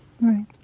Right